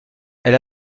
elle